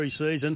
preseason